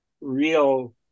real